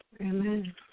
Amen